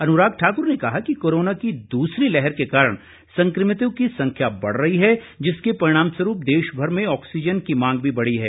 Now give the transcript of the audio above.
अनुराग ठाकुर ने कहा कि कोरोना की दूसरी लहर के कारण संक्रमितों की संख्या बढ़ रही है जिसके परिणामस्वरूप देशभर में ऑक्सीजन की मांग भी बढ़ी है